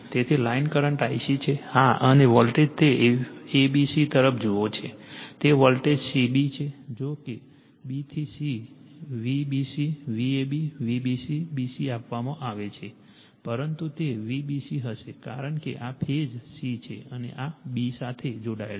તેથી line current Ic છે હા અને વોલ્ટેજ તે a b c તરફ જુઓ છે તે વોલ્ટેજ cb છે જો કે b થી c Vbc Vab Vbc bc આપવામાં આવે છે પરંતુ તે Vbc હશે કારણ કે આ ફેઝ c છે અને આ b સાથે જોડાયેલ છે